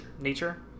Nature